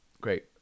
Great